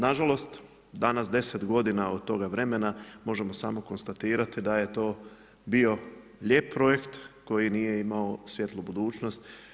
Nažalost, danas 10 godina od toga vremena možemo samo konstatirati da je to bio lijep projekt koji nije imao svjetlu budućnost.